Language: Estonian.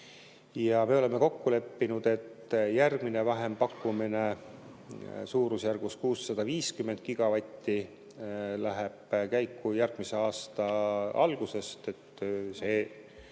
Me oleme kokku leppinud, et järgmine vähempakkumine, mis on suurusjärgus 650 gigavatti, läheb käiku järgmise aasta alguses. See